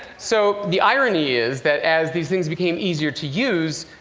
so the irony is, that as these things became easier to use,